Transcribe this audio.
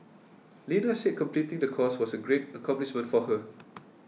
Lena said completing the course was a great accomplishment for her